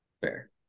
Fair